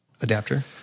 adapter